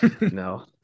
No